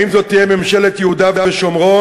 האם זו תהיה ממשלת יהודה ושומרון,